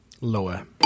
Lower